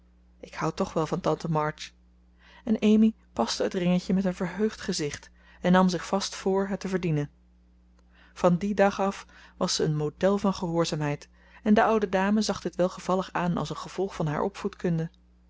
ik houd toch wel van tante march en amy paste het ringetje met een verheugd gezicht en nam zich vast vr het te verdienen van dien dag af was ze een model van gehoorzaamheid en de oude dame zag dit welgevallig aan als een gevolg van haar